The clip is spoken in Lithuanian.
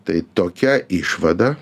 tai tokia išvada